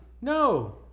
No